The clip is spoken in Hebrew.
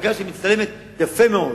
הצגה שמצטלמת יפה מאוד,